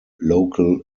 local